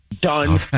done